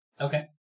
Okay